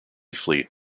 fleet